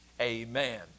Amen